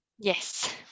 Yes